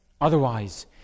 otherwise